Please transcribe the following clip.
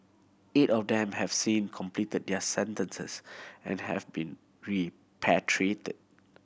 eight of them have since completed their sentences and have been repatriated